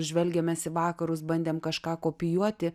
žvelgiamės į vakarus bandėm kažką kopijuoti